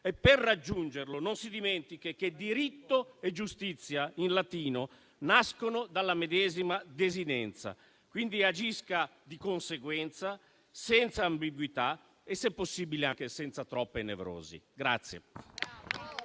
e per raggiungerlo non si dimentichi che diritto e giustizia, in latino, nascono dalla medesima desinenza: quindi, agisca di conseguenza senza ambiguità e, se possibile, anche senza troppe nevrosi.